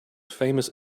famous